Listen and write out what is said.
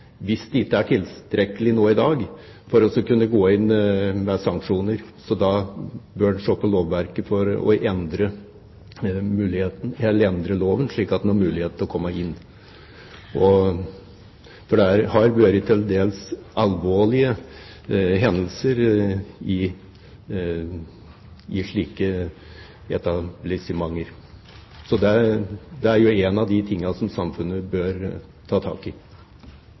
med tanke på å endre loven, slik at en har mulighet til å komme inn. Det har vært til dels alvorlige hendelser i slike etablissementer. Det er en av de tingene som samfunnet bør ta tak i.